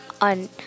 on